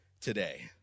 today